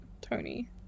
Tony